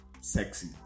sexy